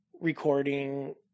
recording